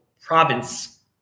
province